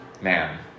Man